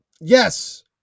Yes